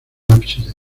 ábside